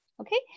Okay